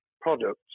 products